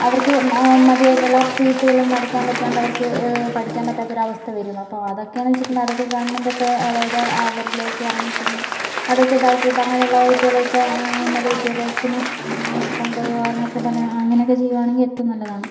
അവർക്ക് മതിയായിട്ടുള്ള ഫീസുകളും അടിക്കാൻ പറ്റാണ്ട് പഠിക്കാൻ പറ്റാത്ത ഒരു അവസ്ഥ വരും അപ്പോൾ അതൊക്കെന്ന് വച്ചിട്ടുണ്ടെങ്കിൽ അതൊക്കെ ഗവൺമെൻറ് ഒക്കെ അതായത് അവരിലേക്ക് ഇറങ്ങിച്ചെന്ന് അതൊക്കെ ഇതാക്കിയിട്ട് അങ്ങനെയുള്ള കുട്ടികളെയൊക്കെ ഉന്നത വിദ്യാഭ്യാസത്തിന് കൊണ്ടുപോകുന്ന അങ്ങനെ ചെയ്യുകയാണെങ്കിൽ ഏറ്റവും നല്ലതാണ്